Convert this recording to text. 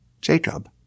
Jacob